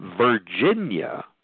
Virginia